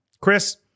Chris